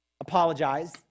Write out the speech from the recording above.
Apologize